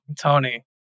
Tony